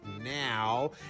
now